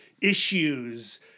issues